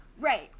Right